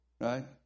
Right